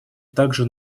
также